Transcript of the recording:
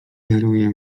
daruję